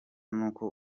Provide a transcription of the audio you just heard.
nuko